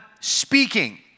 speaking